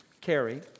carry